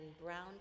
brown